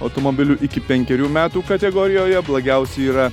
automobilių iki penkerių metų kategorijoje blogiausi yra